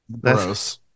gross